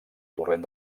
torrent